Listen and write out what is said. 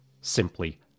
simply